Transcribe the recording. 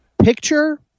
Picture